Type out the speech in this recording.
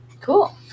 cool